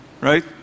right